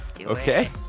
Okay